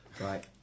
right